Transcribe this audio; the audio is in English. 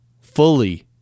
fully